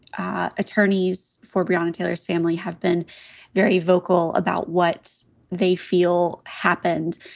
ah attorneys for beyond taylor's family have been very vocal about what they feel happened.